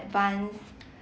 advance